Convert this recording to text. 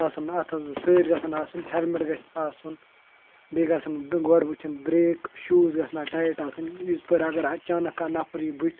آسان اَتھَس سٍتۍ گَژھَن آسٕنۍ ہیلمِٹ گَژھِ آسُن بیٚیہِ گَژھَن گۄڈٕ وُچھِنۍ برٛیک شوٗز گَژھِنا ٹایِٹ آسٕنۍ یِتھٕ پٲٹھۍ اَگَر اَچانَک کانٛہہ نَفَر یِیہِ بٔتھِ